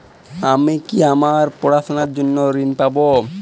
আমি কি আমার পড়াশোনার জন্য ঋণ পাব?